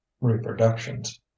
reproductions